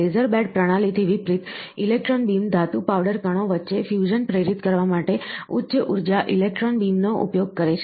laser bed પ્રણાલી થી વિપરીત ઇલેક્ટ્રોન બીમ ધાતુ પાવડર કણો વચ્ચે ફ્યુઝન પ્રેરિત કરવા માટે ઉચ્ચ ઉર્જા ઇલેક્ટ્રોન બીમનો ઉપયોગ કરે છે